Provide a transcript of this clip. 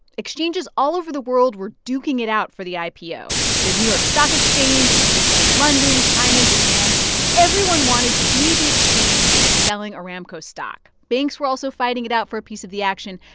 exchanges all over the world were duking it out for the ipo. the new york stock exchange, exchanges in london, china, japan everyone wanted to be the exchange that was selling aramco stock. banks were also fighting it out for a piece of the action.